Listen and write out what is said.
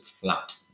flat